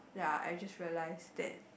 ya I just realise that